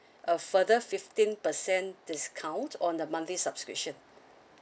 a further fifteen percent discount on the monthly subscription